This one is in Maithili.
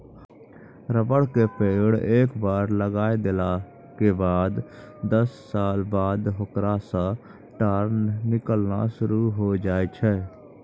रबर के पेड़ एक बार लगाय देला के बाद दस साल बाद होकरा सॅ टार निकालना शुरू होय जाय छै